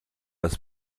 das